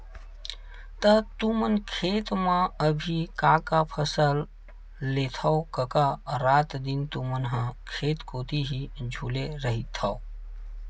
त तुमन खेत म अभी का का फसल लेथव कका रात दिन तुमन ह खेत कोती ही झुले रहिथव?